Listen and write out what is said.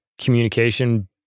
communication